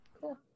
cool